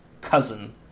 cousin